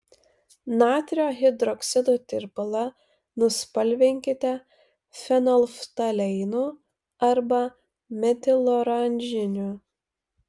natrio hidroksido tirpalą nuspalvinkite fenolftaleinu arba metiloranžiniu